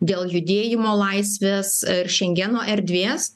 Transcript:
dėl judėjimo laisvės ir šengeno erdvės